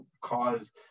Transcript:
cause